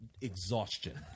exhaustion